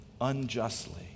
unjustly